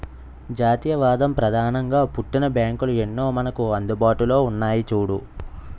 జాతీయవాదం ప్రధానంగా పుట్టిన బ్యాంకులు ఎన్నో మనకు అందుబాటులో ఉన్నాయి చూడు